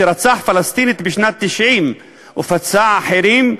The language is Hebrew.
רצח פלסטינית בשנת 1990 ופצע אחרים,